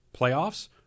playoffs